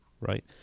right